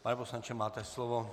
Pane poslanče, máte slovo.